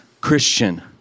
Christian